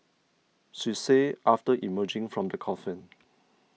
she said after emerging from the coffin